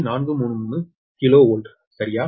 433 kilovolt சரியா